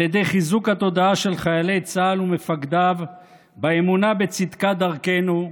על ידי חיזוק התודעה של חיילי צה"ל ומפקדיו באמונה בצדקת דרכנו,